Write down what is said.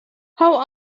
how